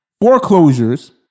foreclosures